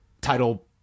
title